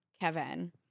Kevin